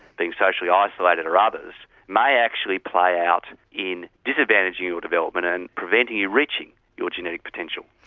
being socially isolated, are others may actually play out in disadvantaging your development and preventing you reaching your genetic potential.